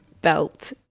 belt